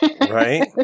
Right